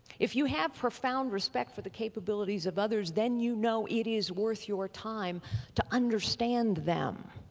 if you have profound respect for the capabilities of others then you know it is worth your time to understand them.